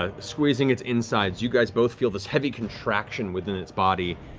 ah squeezed in its insides, you guys both feel this heavy contraction within its body